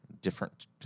different